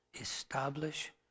establish